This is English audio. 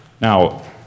Now